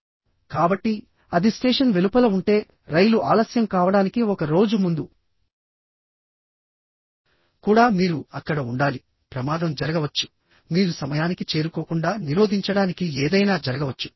కాబట్టి అది స్టేషన్ వెలుపల ఉంటే రైలు ఆలస్యం కావడానికి ఒక రోజు ముందు కూడా మీరు అక్కడ ఉండాలిప్రమాదం జరగవచ్చు మీరు సమయానికి చేరుకోకుండా నిరోధించడానికి ఏదైనా జరగవచ్చు